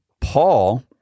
Paul